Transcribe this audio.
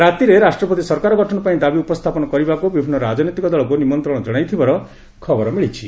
ରାତିରେ ରାଷ୍ଟ୍ରପତି ସରକାର ଗଠନ ପାଇଁ ଦାବି ଉପସ୍ଥାପନ କରିବାକୁ ବିଭିନ୍ନ ରାଜନୈତିକ ଦଳକୁ ନିମନ୍ତ୍ରଣ ଜଣାଇଥିବାର ଖବର ମିଳିଛି